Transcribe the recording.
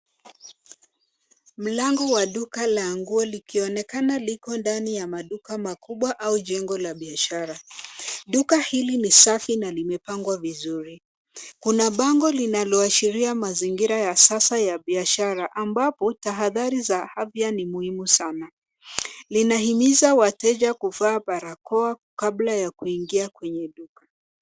Mlango wa duka la nguo likionekana liko ndani ya maduka makubwa au jengo la biashara. Duka hili ni safi na limepangwa vizuri. Kuna bango linaloashiria mazingira ya sasa ya biashara ambapo tahadhari za afya ni muhimu sana. Linahimiza wateja kuvaa barakoa kabla ya kuingia kwenye duka.